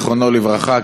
זיכרונו לברכה,